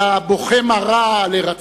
אלא בוכה מרה על הירצחו.